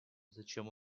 зачем